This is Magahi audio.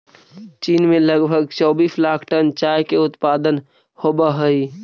चीन में लगभग चौबीस लाख टन चाय के उत्पादन होवऽ हइ